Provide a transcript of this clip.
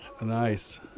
Nice